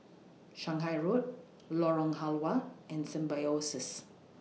Shanghai Road Lorong Halwa and Symbiosis